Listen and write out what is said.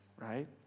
right